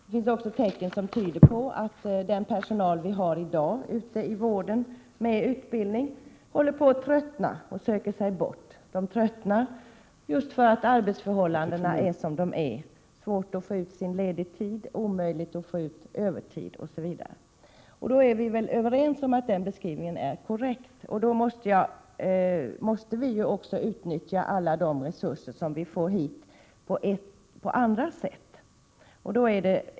Det finns också tecken som tyder på att den personal med utbildning som vi i dag har i vården håller på att tröttna och söker sig bort. Den tröttnar för att arbetsförhållandena är som de är. Det är svårt att få ut ledig tid, omöjligt att få ut övertid osv. Vi är väl alla överens om att den beskrivningen är korrekt, och då måste vi ju utnyttja alla de resurser som vi får hit.